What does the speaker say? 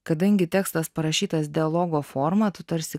kadangi tekstas parašytas dialogo forma tu tarsi